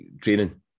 training